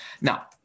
Now